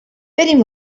بریم